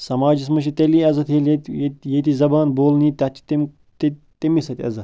سَماجس منٛز چھٕ تیٚلی عزت ییٚلہِ ییٚتہِ ییٚتِچ زبان بولنہٕ یِیہِ تَتھ چھِ تَمی سۭتۍ عزتھ